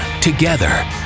Together